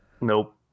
Nope